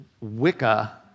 Wicca